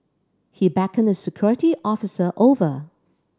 he beckoned a security officer over